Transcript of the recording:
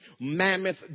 mammoth